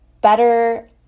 better